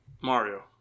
Mario